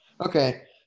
Okay